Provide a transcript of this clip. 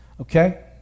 okay